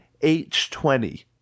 h20